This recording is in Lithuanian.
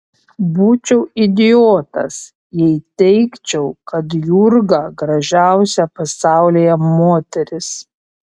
būčiau idiotas jei teigčiau kad jurga gražiausia pasaulyje moteris